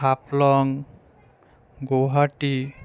Haflong Guwahati